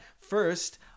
first